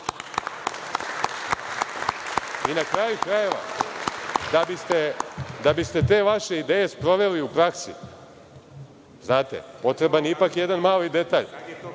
kraju krajeva, da bi ste te vaše ideje sproveli u praksi, znate, potreban je jedan mali detalj